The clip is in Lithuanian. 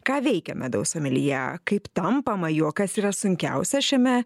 ką veikia medaus someljė kaip tampama juokas yra sunkiausia šiame